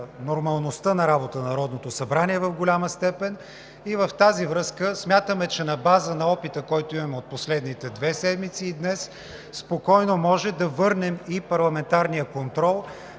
на работа на Народното събрание в голяма степен и в тази връзка смятаме, че на базата на опита, който имаме от последните две седмици и днес, спокойно можем да върнем парламентарния контрол.